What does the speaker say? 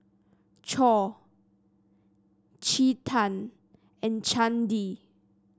Choor Chetan and Chandi